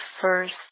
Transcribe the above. first